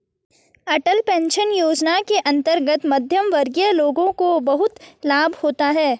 अटल pension Yojana के अंतर्गत मध्यमवर्गीय लोगों को बहुत लाभ होता है